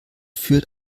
führt